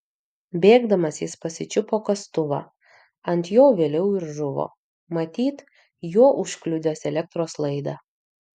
bėgdamas jis pasičiupo kastuvą ant jo vėliau ir žuvo matyt juo užkliudęs elektros laidą